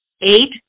eight